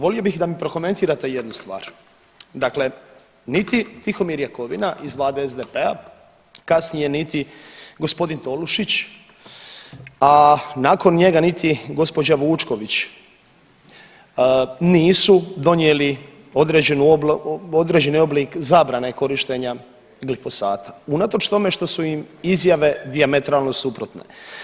Volio bih da mi prokomentirate jednu stvar, dakle niti Tihomir Jakovina iz vlade SDP-a, kasnije niti g. Tolušić, a nakon njega niti gđa. Vučković nisu donijeli određeni oblik zabrane korištenja glifosata unatoč tome što su im izjave dijametralno suprotne.